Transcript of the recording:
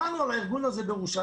שמענו על הארגון הזה בירושלים,